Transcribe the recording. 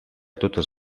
totes